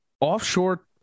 offshore